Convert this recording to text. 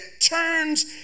turns